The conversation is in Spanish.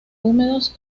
húmedos